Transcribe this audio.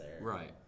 Right